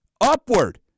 upward